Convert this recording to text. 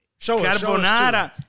carbonara